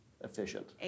efficient